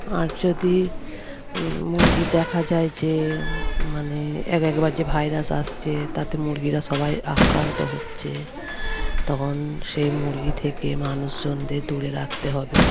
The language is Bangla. আর যদি মুরগির দেখা যায় যে মানে এক একবার যে ভাইরাস আসছে তাতে মুরগিরা সবাই আক্রান্ত হচ্ছে তখন সেই মুরগি থেকে মানুষজনদের দূরে রাখতে হবে